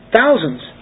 thousands